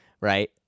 right